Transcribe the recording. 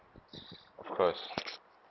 of course